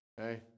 okay